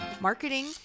marketing